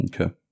Okay